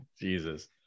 Jesus